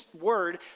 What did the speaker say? word